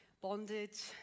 bondage